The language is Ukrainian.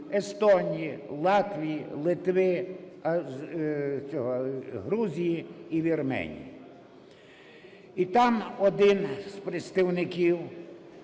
Естонії, Латвії, Литви, з цього… Грузії і Вірменії. І там один з представників